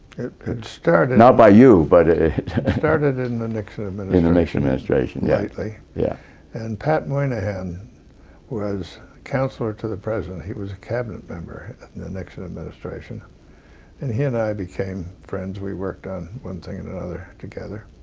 it started. not by you, but ah it started in the nixon administration. in the nixon administration. lightly, yeah and pat moynihan was counselor to the president. he was a cabinet member in the nixon administration and he and i became friends. we worked on one thing and another together,